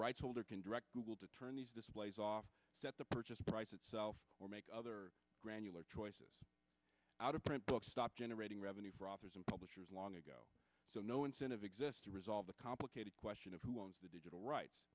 rights holder can direct google to turn these displays off at the purchase price itself or make other granular choices out of print books stop generating revenue for authors and publishers long ago so no incentive exists to resolve the complicated question of who owns the digital rights